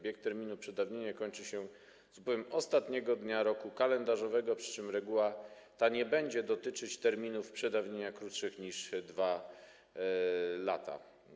Bieg terminu przedawnienia kończy się z upływem ostatniego dnia roku kalendarzowego, przy czym reguła ta nie będzie dotyczyć terminów przedawnienia krótszych niż 2 lata.